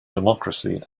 democracy